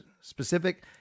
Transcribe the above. specific